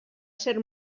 ser